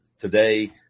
today